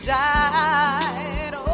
died